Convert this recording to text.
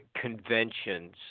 conventions